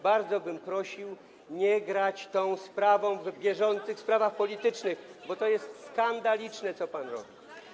Bardzo bym prosił nie grać tą sprawą w bieżących sprawach politycznych, bo to jest skandaliczne, co pan robi.